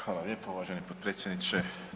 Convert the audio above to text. Hvala lijepo uvaženi potpredsjedniče.